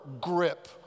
grip